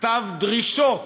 כתב דרישות: